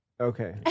Okay